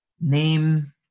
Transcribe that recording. name